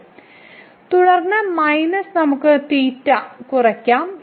വരും തുടർന്ന് മൈനസ് നമുക്ക് കുറയ്ക്കാം